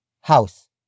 house